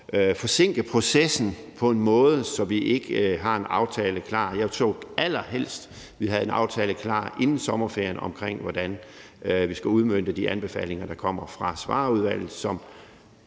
forsinke processen på en måde, så vi ikke har en aftale klar. Jeg så allerhelst, vi havde en aftale klar inden sommerferien omkring, hvordan vi skal udmønte de anbefalinger, der kommer fra Svarerudvalget.